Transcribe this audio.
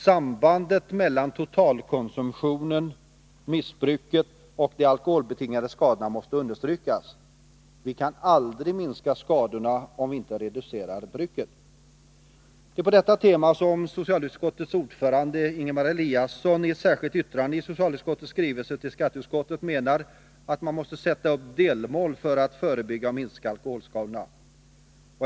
Sambandet mellan totalkonsumtionen, missbruket och de alkoholbetingade skadorna måste understrykas. Vi kan aldrig minska skadorna, om vi inte reducerar bruket. Det är med detta tema som socialutskottets ordförande Ingemar Eliasson i ett särskilt yttrande i socialutskottets skrivelse till skatteutskottet menar att man måste sätta upp delmål för att förebygga och minska alkoholskadorna.